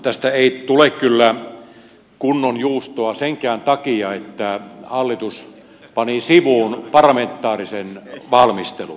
tästä ei tule kyllä kunnon juustoa senkään takia että hallitus pani sivuun parlamentaarisen valmistelun